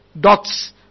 dots